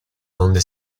donde